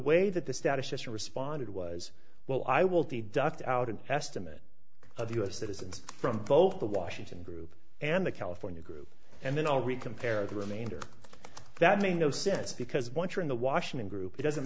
way that the statistician responded was well i will be ducked out an estimate of u s citizens from both the washington group and the california group and then all we compare the remainder that made no sense because once you're in the washington group it doesn't